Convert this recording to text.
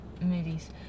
movies